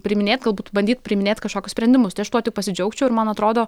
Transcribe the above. priiminėt galbūt bandyti priiminėti kažkokius sprendimus tai aš tuo tik pasidžiaugčiau ir man atrodo